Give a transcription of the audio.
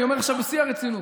אני אומר עכשיו בשיא הרצינות: